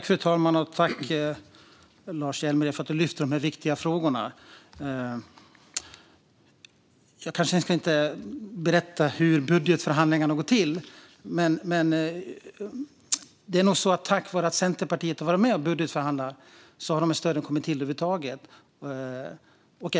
Fru talman! Tack, Lars Hjälmered, för att du tar upp dessa viktiga frågor! Jag ska kanske inte berätta hur budgetförhandlingarna har gått till, men det är nog tack vare att Centerpartiet har varit med och förhandlat som stöden har kommit till över huvud taget.